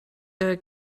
der